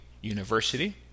university